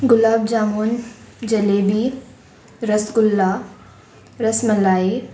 गुलाब jamun jalebi rasgulla rasmalai